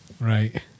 right